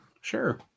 Sure